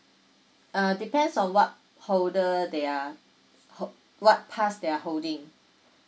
uh depends on what holder they are ho~ what pass they're holding